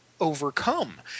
overcome